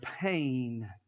pain